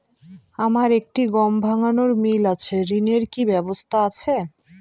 আমার একটি গম ভাঙানোর মিল আছে ঋণের কি ব্যবস্থা আছে?